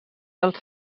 als